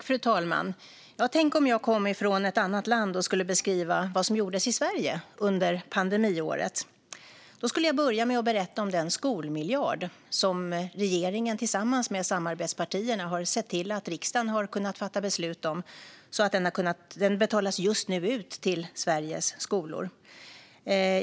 Fru talman! Tänk om jag kom från ett annat land och skulle beskriva vad som gjordes i Sverige under pandemiåret! Då skulle jag börja med att berätta om den skolmiljard som regeringen tillsammans med samarbetspartierna har sett till att riksdagen har kunnat fatta beslut om. Den betalas just nu ut till Sveriges skolor.